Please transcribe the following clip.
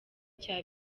cya